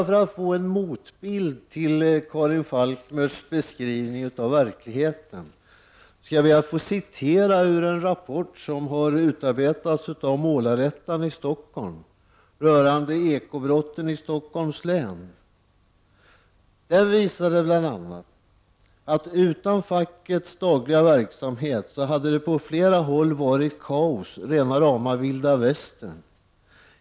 För att få en motbild till Karin Falkmers beskrivning av verkligheten vill jag nämna en rapport, som har utarbetats av Målarettan i Stockholm rörande ekobrotten i Stockholms län. Den visade bl.a. att det utan fackets dagliga verksamhet skulle ha blivit kaos — rena rama vilda västern.